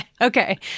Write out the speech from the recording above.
Okay